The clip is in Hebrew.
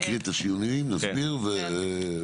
נקריא את השינויים, נסביר והערות.